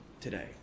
today